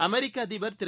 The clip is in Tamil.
அமெரிக்கஅதிபர்திரு